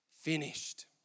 finished